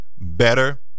better